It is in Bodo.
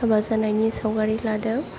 हाबा जानायनि सावगारि लादों